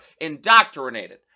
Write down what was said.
indoctrinated